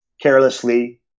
carelessly